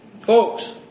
folks